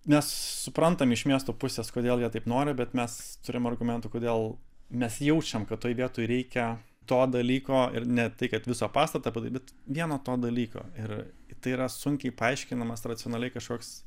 nes suprantam iš miesto pusės kodėl jie taip nori bet mes turim argumentų kodėl mes jaučiam kad toj vietoj reikia to dalyko ir ne tai kad visą pastatą padaryt bet vieno to dalyko ir tai yra sunkiai paaiškinamas racionaliai kažkoks